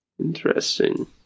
interesting